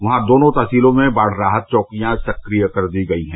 वहां दोनों तहसीलों में बाढ़ राहत चौकियां सक्रिय कर दी गयी हैं